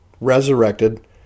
resurrected